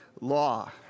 law